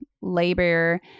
Labor